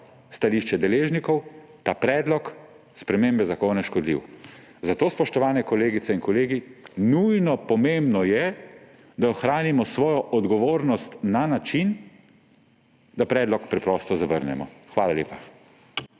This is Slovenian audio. stališče deležnikov, ta predlog spremembe zakona škodljiv. Zato, spoštovani kolegice in kolegi, nujno pomembno je, da ohranimo svojo odgovornost na način, da predlog preprosto zavrnemo. Hvala lepa.